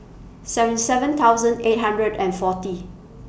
seven seven thousand eight hundred and forty